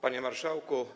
Panie Marszałku!